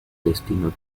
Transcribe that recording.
destino